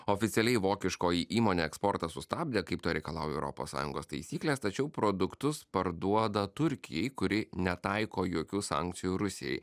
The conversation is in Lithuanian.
oficialiai vokiškoji įmonė eksportą sustabdė kaip to reikalauja europos sąjungos taisyklės tačiau produktus parduoda turkijai kuri netaiko jokių sankcijų rusijai